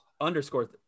Underscore